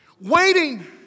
Waiting